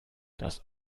das